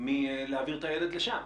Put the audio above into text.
מלהעביר את הילד לשם.